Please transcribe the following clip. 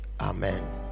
Amen